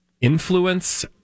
influence